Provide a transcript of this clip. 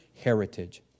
heritage